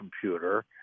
computer